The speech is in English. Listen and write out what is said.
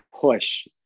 push